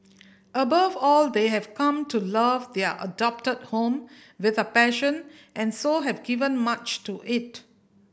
above all they have come to love their adopted home with a passion and so have given much to it